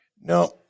no